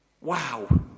Wow